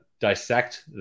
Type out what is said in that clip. dissect